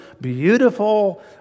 beautiful